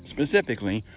Specifically